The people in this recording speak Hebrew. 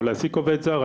או להעסיק עובד זר,